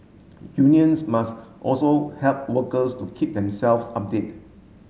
unions must also help workers to keep themselves update